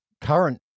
current